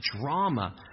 drama